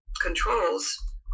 controls